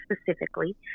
specifically